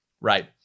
right